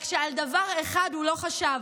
רק שעל דבר אחד הוא לא חשב,